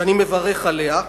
שאני מברך עליה,